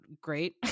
Great